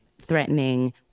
threatening